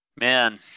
Man